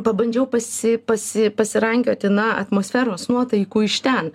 pabandžiau pasi pasi pasirankioti na atmosferos nuotaikų iš ten